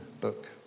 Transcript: book